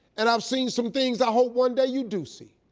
and i've seen some things i hope one day you do see.